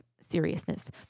seriousness